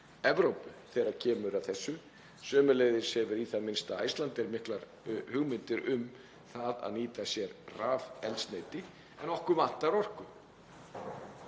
Evrópu þegar kemur að því. Sömuleiðis hefur í það minnsta Icelandair miklar hugmyndir um það að nýta sér rafeldsneyti. En okkur vantar orku.